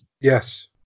Yes